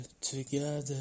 together